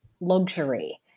luxury